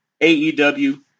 AEW